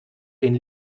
den